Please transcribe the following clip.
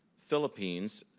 philippines,